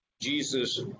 Jesus